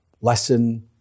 lesson